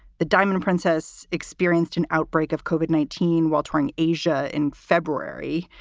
the diamond princess experienced an outbreak of kogut, nineteen, while touring asia in february,